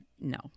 No